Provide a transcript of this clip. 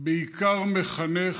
בעיקר מחנך,